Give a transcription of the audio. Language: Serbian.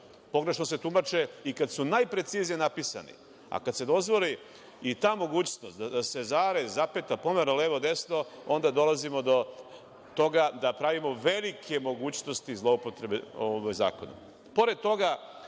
Pogrešno se tumače i kada su najpreciznije napisani, a kada se dozvoli i ta mogućnost da se zarez, zapeta, pomera levo, desno, onda dolazimo do toga da pravimo velike mogućnosti i zloupotrebe ovom zakonu. Pored